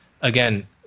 Again